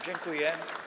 Dziękuję.